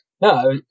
no